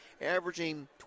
averaging